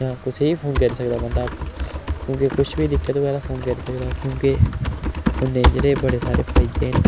जां कुसै ई फोन करी सकदा बन्दा क्योंकि कुछ बी दिक्कत होऐ ते फोन करी सकदा क्योंकि फोनै ई जेह्ड़े बड़े सारे फायदे न